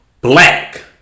Black